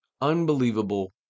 unbelievable